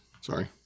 sorry